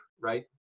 right